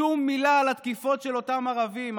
שום מילה על התקיפות של אותם ערבים,